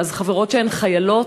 חברות שהן חיילות,